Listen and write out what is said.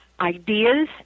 ideas